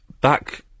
Back